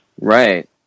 Right